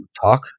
talk